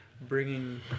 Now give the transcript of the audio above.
bringing